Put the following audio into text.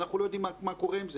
אנחנו לא יודעים מה קורה עם זה,